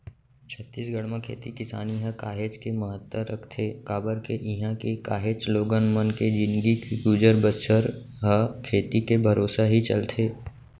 छत्तीसगढ़ म खेती किसानी ह काहेच के महत्ता रखथे काबर के इहां के काहेच लोगन मन के जिनगी के गुजर बसर ह खेती के भरोसा ही चलथे